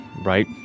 right